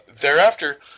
thereafter